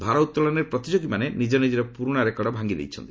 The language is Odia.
ଭାରୋତ୍ତଳନରେ ପ୍ରତିଯୋଗୀମାନେ ନିଜ ନିଜର ପୁରୁଣା ରେକର୍ଡ ଭାଙ୍ଗିଦେଇଛନ୍ତି